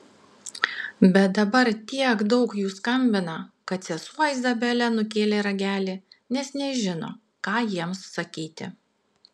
bet dabar tiek daug jų skambina kad sesuo izabelė nukėlė ragelį nes nežino ką jiems sakyti